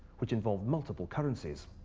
which invoived muitipie currencies.